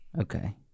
Okay